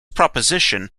proposition